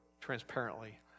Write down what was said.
transparently